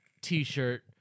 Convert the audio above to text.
t-shirt